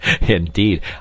indeed